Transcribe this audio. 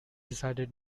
decided